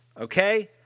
Okay